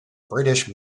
british